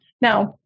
Now